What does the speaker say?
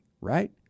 right